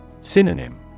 Synonym